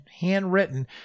handwritten